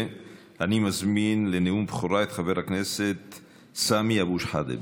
אני מזמין לנאום בכורה את חבר הכנסת סמי אבו שחאדה.